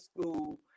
school